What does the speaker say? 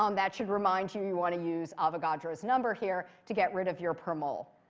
um that should remind you, you want to use avogadro's number here to get rid of your per mole.